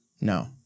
No